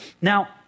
Now